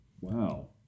Wow